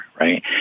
Right